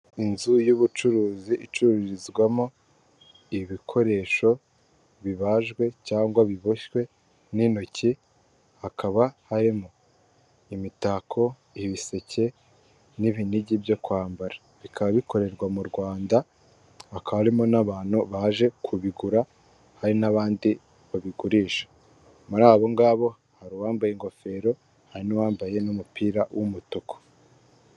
Inzu y'ubucuruzi icururizwamo ibikoresho bibajwe cyangwa biboshywe n'intoki, hakaba harimo imitako, ibiseke n'ibininigi byo kwambara, bikaba bikorerwa mu Rwanda, hakaba harimo n'abantu baje kubigura hari n'abandi babigurisha, muri abo ngabo hari uwambaye ingofero hari n'uwambaye n'umupira w'umutuku.